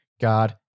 God